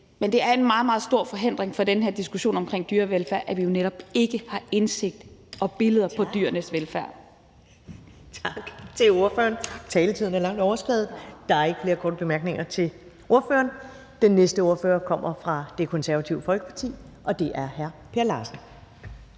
Men det er en meget, meget stor forhindring for den her diskussion omkring dyrevelfærd, at vi jo netop ikke har indsigt i og billeder fra dyrenes velfærd. Kl. 10:59 Første næstformand (Karen Ellemann): Tak til ordføreren. Taletiden er langt overskredet. Der er ikke flere korte bemærkninger til ordføreren. Den næste ordfører kommer fra Det Konservative Folkeparti, og det er hr. Per Larsen.